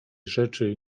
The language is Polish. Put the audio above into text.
rzeczy